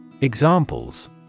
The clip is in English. Examples